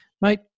mate